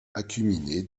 acuminées